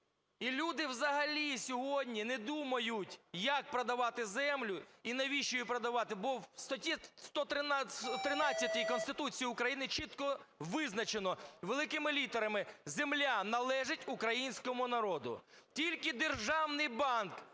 І люди взагалі сьогодні не думають, як продавати землю і навіщо її продавати. Бо в статті 13 Конституції України чітко визначено великими літерами: "Земля належить українському народу". Тільки державний банк